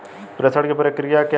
प्रेषण की प्रक्रिया क्या है?